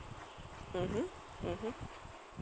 mmhmm mmhmm